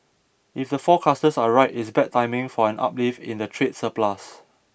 if the forecasters are right it's bad timing for an uplift in the trade surplus